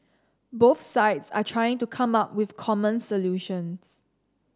both sides are trying to come up with common solutions